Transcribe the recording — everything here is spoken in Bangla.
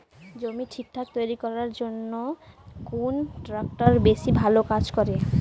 জমি ঠিকঠাক তৈরি করিবার জইন্যে কুন ট্রাক্টর বেশি ভালো কাজ করে?